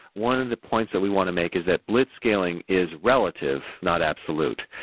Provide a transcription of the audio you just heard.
one of the points that we want to make is that blitzscaling is relative, not absolute.